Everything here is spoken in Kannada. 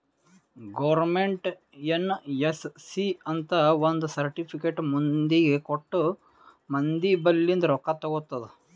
ಗೌರ್ಮೆಂಟ್ ಎನ್.ಎಸ್.ಸಿ ಅಂತ್ ಒಂದ್ ಸರ್ಟಿಫಿಕೇಟ್ ಮಂದಿಗ ಕೊಟ್ಟು ಮಂದಿ ಬಲ್ಲಿಂದ್ ರೊಕ್ಕಾ ತಗೊತ್ತುದ್